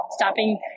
Stopping